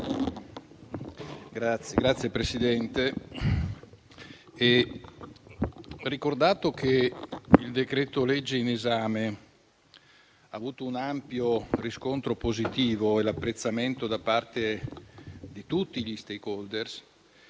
Signor Presidente, ricordato che il decreto-legge in esame ha avuto un ampio riscontro positivo e l'apprezzamento da parte di tutti gli *stakeholders*,